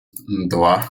два